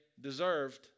deserved